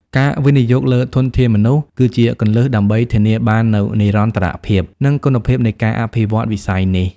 ការវិនិយោគលើធនធានមនុស្ស គឺជាគន្លឹះដើម្បីធានាបាននូវនិរន្តរភាព និងគុណភាពនៃការអភិវឌ្ឍវិស័យនេះ។